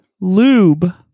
Lube